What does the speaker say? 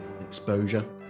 exposure